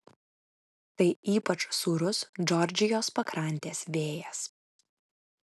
tai ypač sūrus džordžijos pakrantės vėjas